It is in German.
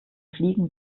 fliegen